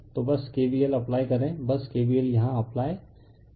तो बस K vl apply करें बस K v l यहाँ अप्लाई करें